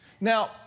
Now